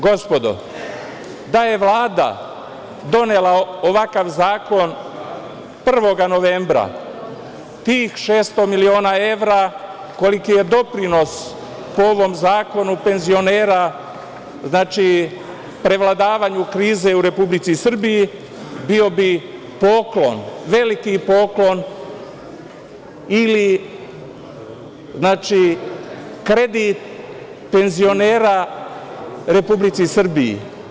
Gospodo, da je Vlada donela ovakav zakon 1. novembra, tih 600 miliona evra, koliko je doprinos, po ovom zakonu, penzionera prevladavanju krize u Republici Srbiji, bio bi poklon, veliki poklon ili kredit penzionera Republici Srbiji.